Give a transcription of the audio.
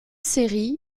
série